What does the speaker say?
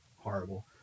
horrible